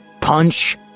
punch